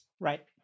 Right